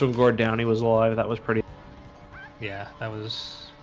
so gord down he was alive that was pretty yeah. that was